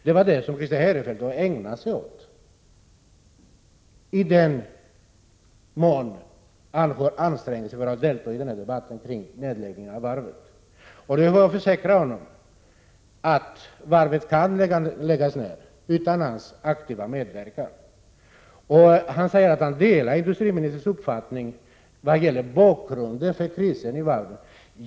Det är det som Christer Eirefelt har ägnat sig åt, i den mån han har ansträngt sig att delta i denna debatt om nedläggningen av varvet. Jag kan försäkra honom att varvet kan läggas ned även utan hans aktiva medverkan. Christer Eirefelt säger också att han delar industriministerns uppfattning vad gäller bakgrunden till krisen vid varvet.